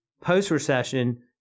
post-recession